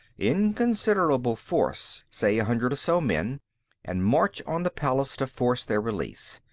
in considerable force say a hundred or so men and march on the palace, to force their release.